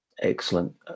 excellent